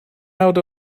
out